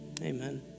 Amen